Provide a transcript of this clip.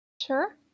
Sure